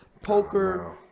poker